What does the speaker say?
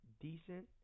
Decent